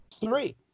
three